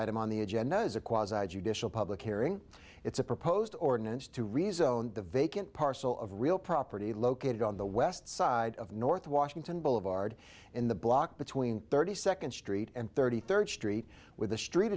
item on the agenda is a quasi judicial public hearing it's a proposed ordinance to rezone the vacant parcel of real property located on the west side of north washington boulevard in the block between thirty second street and thirty third street with a street